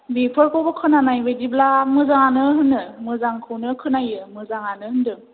बेफोरखौबो खोनानाय बादिब्ला मोजाङानो होनो मोजांखौनो खोनायो मोजाङानो होनदों